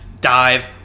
dive